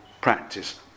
practice